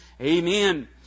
Amen